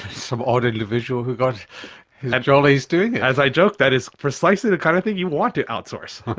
some odd individual who got their jollies doing it. as i joke that is precisely the kind of thing you want to outsource.